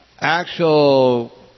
actual